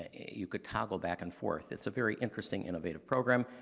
ah you could toggle back and forth. it's a very interesting innovative program.